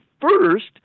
first